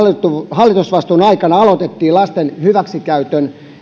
hallitusvastuun aikana aloitettiin lasten hyväksikäytön